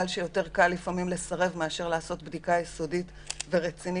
בגלל שיותר קל לפעמים לסרב מאשר לעשות בדיקה יסודית ורצינית